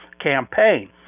campaign